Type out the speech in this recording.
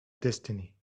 destiny